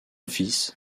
fils